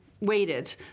waited